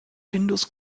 findus